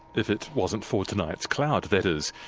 if it wasn't for tonight's cloud, that is.